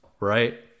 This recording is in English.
Right